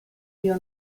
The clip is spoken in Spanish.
dio